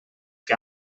que